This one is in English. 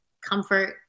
comfort